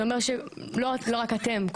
לא רק אתם,